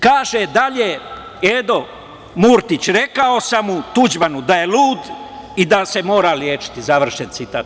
Kaže dalje Edo Murtić – rekao sam Tuđmanu da je lud i da se mora lečiti, završen citat.